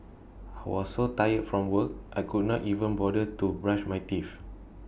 was so tired from work I could not even bother to brush my teeth